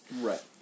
Right